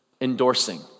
endorsing